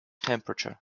temperature